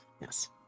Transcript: Yes